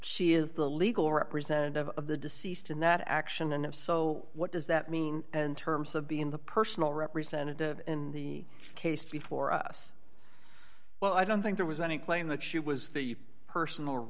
she is the legal representative of the deceased in that action and if so what does that mean and terms of being the personal representative in the case before us well i don't think there was any claim that she was the person